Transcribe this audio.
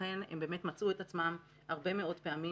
ולכן הם באמת מצאו את עצמם הרבה מאוד פעמים